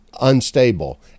unstable